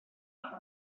and